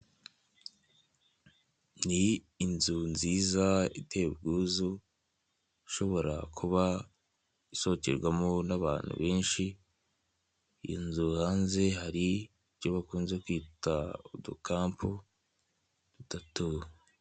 Ni inzu nziza iteye ubwuzu, ishobora kuba isohokerwamo n'abantu benshi. Iyo nzu hanze hari icyo bakunze kwita uducamp duto.